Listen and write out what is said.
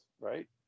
right